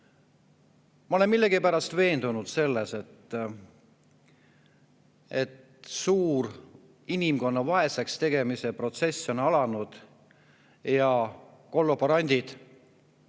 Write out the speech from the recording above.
Ma olen millegipärast veendunud selles, et suur inimkonna vaeseks tegemise protsess on alanud ja kollaborandid